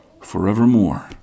forevermore